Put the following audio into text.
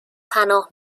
پناه